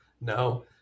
No